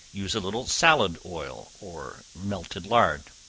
use a little salad oil, or melted lard.